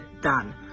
done